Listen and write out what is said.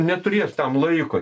neturės tam laiko